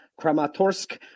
Kramatorsk